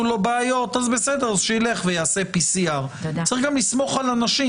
לו בעיות אז שיעשה PCR. צריך גם לסמוך על אנשים,